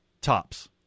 Tops